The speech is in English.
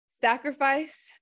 Sacrifice